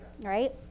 right